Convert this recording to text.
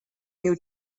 you